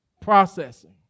Processing